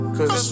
Cause